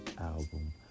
album